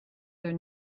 their